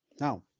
Now